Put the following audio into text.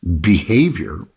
behavior